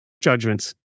judgments